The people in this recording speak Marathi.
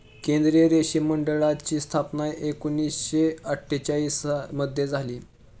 केंद्रीय रेशीम मंडळाची स्थापना एकूणशे अट्ठेचालिश मध्ये झाली